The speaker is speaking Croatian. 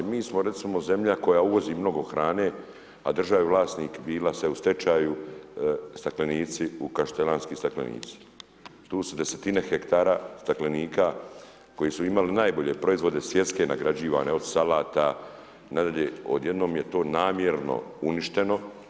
Mi smo recimo zemlja koja uvozi mnogo hrane, a državni vlasnik … sada u stečaju, staklenici u Kaštelanski staklenici, tu su desetine hektara staklenika koji su imali najbolje proizvode svjetske nagrađivane od salata nadalje odjednom je to namjerno uništeno.